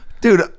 dude